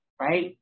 right